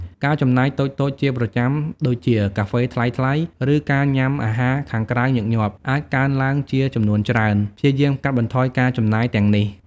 ការចំណាយតូចៗជាប្រចាំដូចជា កាហ្វេថ្លៃៗ រឺការញ៉ាំអាហារខាងក្រៅញឹកញាប់ អាចកើនឡើងជាចំនួនច្រើន។ ព្យាយាមកាត់បន្ថយការចំណាយទាំងនេះ។